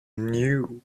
new